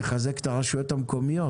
לחזק את הרשויות המקומיות,